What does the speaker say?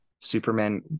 Superman